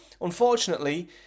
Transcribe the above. unfortunately